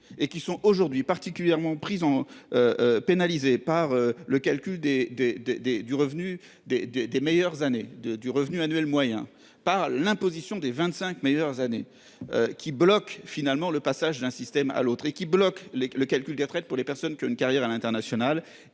et qui sont aujourd'hui particulièrement en. Pénalisée par le calcul des des des des, du revenus des 2 des meilleures années de du revenu annuel moyen par l'imposition des 25 meilleures années. Qui bloque finalement le passage d'un système à l'autre et qui bloque les le calcul des retraites pour les personnes qui ont une carrière à l'international,